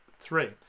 Three